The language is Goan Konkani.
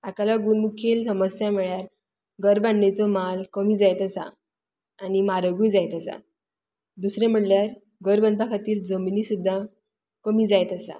हाका लागून मुखेल समस्या म्हणल्यार घर बांदणेचो म्हाल कमी जायत आसा आनी मारगूय जायत आसा दुसरें म्हणल्यार घर बांदपा खातीर जमनी सुद्दां कमी जायत आसा